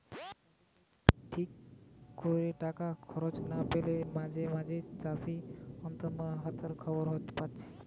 চাষিদের ঠিক কোরে টাকা খরচ না পেলে মাঝে মাঝে চাষি আত্মহত্যার খবর পাচ্ছি